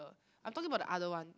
uh I'm talking about the other one